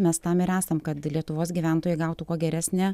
mes tam ir esam kad lietuvos gyventojai gautų kuo geresnę